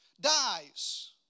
dies